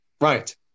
Right